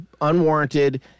unwarranted